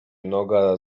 noga